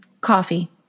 Coffee